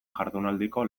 jardunaldiko